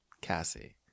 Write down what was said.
Cassie